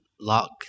Lock